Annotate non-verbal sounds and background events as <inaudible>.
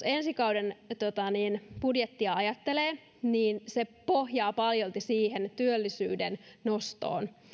<unintelligible> ensi kauden budjettia ajattelee niin se pohjaa paljolti siihen työllisyyden nostoon